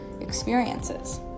experiences